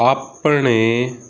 ਆਪਣੇ